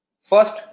First